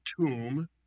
tomb